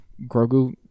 Grogu